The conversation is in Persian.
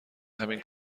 همین